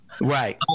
Right